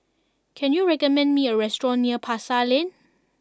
can you recommend me a restaurant near Pasar Lane